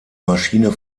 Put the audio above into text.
maschine